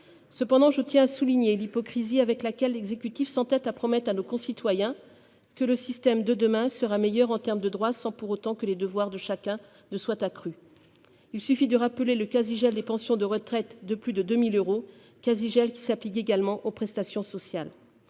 Cependant, je tiens à souligner l'hypocrisie avec laquelle l'exécutif s'entête à promettre à nos concitoyens que le système de demain sera meilleur en termes de droits sans pour autant que les devoirs de chacun soient accrus. Il suffit de rappeler le quasi-gel des pensions de retraite de plus de 2 000 euros, quasi-gel qui s'applique également aux prestations sociales.